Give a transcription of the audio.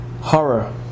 horror